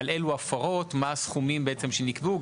על אילו הפרות ועל הסכומים שנקבעו.